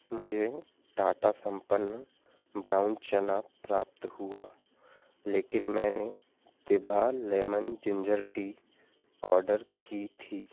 मुझे टाटा संपन्न ब्राउन चना प्राप्त हुआ लेकिन मैंने दिभा लेमन जिंजर टी आर्डर की थी